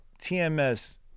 TMS